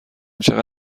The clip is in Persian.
چقدر